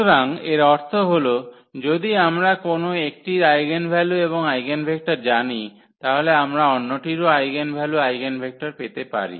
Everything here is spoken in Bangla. সুতরাং এর অর্থ হল যদি আমরা কোন একটির আইগেনভ্যালু এবং আইগেনভেক্টর জানি তাহলে আমরা অন্যটিরও আইগেনভ্যালু আইগেনভেক্টর পেতে পারি